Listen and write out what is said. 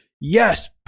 Yes